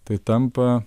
tai tampa